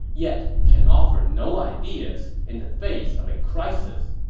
yet can offer no ideas in the face of a crisis.